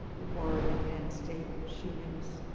were the kent state shootings,